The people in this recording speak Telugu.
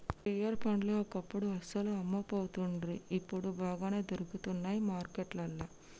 పియార్ పండ్లు ఒకప్పుడు అస్సలు అమ్మపోతుండ్రి ఇప్పుడు బాగానే దొరుకుతానయ్ మార్కెట్లల్లా